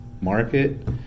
market